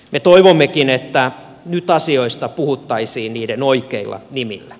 me toivommekin että nyt asioista puhuttaisiin niiden oikeilla nimillä